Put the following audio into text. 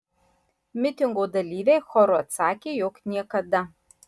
mitingo dalyviai choru atsakė jog niekada